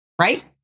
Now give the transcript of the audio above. right